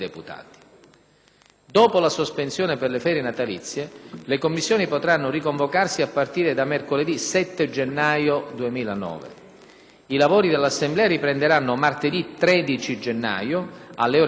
Dopo la sospensione per le ferie natalizie, le Commissioni potranno riconvocarsi a partire da mercoledì 7 gennaio 2009. I lavori dell'Assemblea riprenderanno martedì 13 gennaio, alle ore 17,